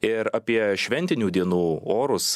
ir apie šventinių dienų orus